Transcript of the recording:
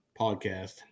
podcast